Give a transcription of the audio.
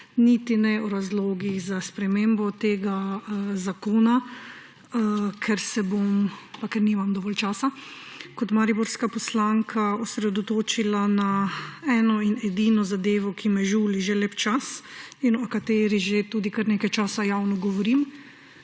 niti ne o razlogih za spremembo tega zakona. Ker nimam dovolj časa se bom kot mariborska poslanka osredotočila na eno in edino zadevo, ki me žuli že lep čas in o kateri že tudi kar nekaj časa javno govorim,